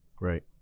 Right